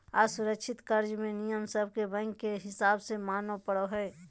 असुरक्षित कर्ज मे नियम सब के बैंक के हिसाब से माने पड़ो हय